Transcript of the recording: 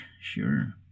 Sure